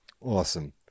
Awesome